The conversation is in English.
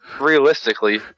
realistically